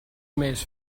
més